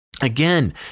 Again